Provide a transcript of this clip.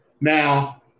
Now